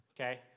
okay